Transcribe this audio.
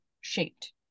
shaped